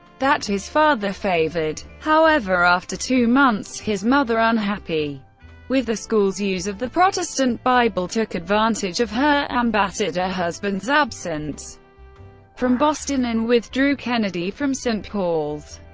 that his father favored. however, after two months his mother, unhappy with the school's use of the protestant bible, took advantage of her ambassador husband's absence from boston and withdrew kennedy from st. paul's.